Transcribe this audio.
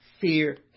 fear